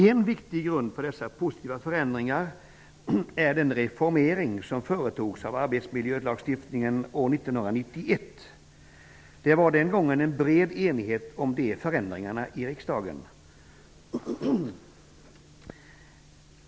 En viktig grund för dessa positiva förändringar är den reformering som företogs av arbetsmiljölagstiftningen år 1991. Det var den gången bred enighet i riksdagen om de förändringarna.